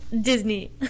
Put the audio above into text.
disney